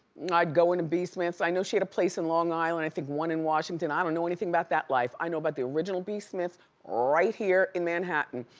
i'd go into b. smith's, i know she had a place in long island, i think one in washington, i don't know anything about that life, i know about the original b. smith right here in manhattan.